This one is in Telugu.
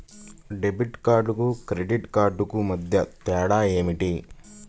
డెబిట్ కార్డుకు క్రెడిట్ క్రెడిట్ కార్డుకు మధ్య తేడా ఏమిటీ?